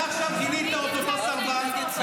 תמיד יצאנו נגד סרבנות.